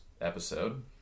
episode